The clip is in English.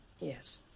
Yes